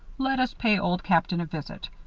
let us pay old captain a visit.